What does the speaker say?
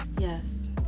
Yes